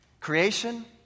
Creation